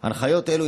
הנחיות אלו הן